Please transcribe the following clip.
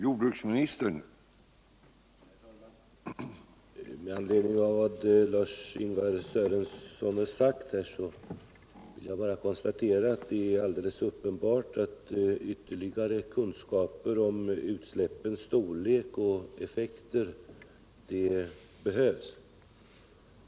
Herr talman! Med anledning av vad Lars-Ingvar Sörenson har sagt vill jag bara konstatera att det är alldeles uppenbart att ytterligare kunskaper om utsläppens storlek och effekter behövs.